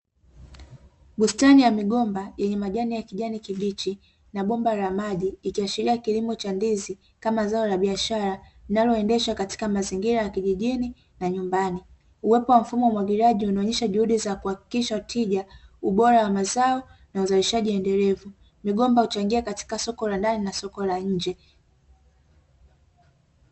Bustani ya migomba yenye majani ya kijani kibichi na bomba la maji likiashiria kilimo cha ndizi kama zao la biashara, linaloendeshwa katika mazingira ya kijijini na nyumbani, uwepo wa mfumo wa umwagiliaji unaonyesha juhudi za kuhakikisha tija, ubora wa mazao na uzalishaji endelevu, migomba huchangia katika soko la ndani na soko la nje.